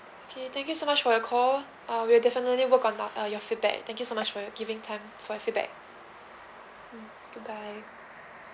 okay thank you so much for your call uh we'll definitely work on the uh your feedback thank you so much for your giving time for the feedback mm goodbye